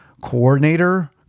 coordinator